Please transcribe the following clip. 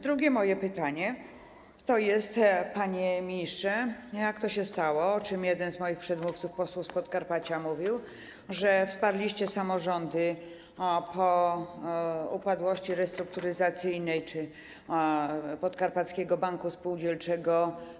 Drugie moje pytanie: Panie ministrze, jak to się stało - o czym jeden z moich przedmówców, poseł z Podkarpacia, mówił - że wsparliście samorządy po upadłości restrukturyzacyjnej Podkarpackiego Banku Spółdzielczego?